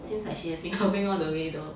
seems like she has been helping all the way though